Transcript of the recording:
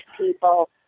people